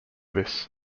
this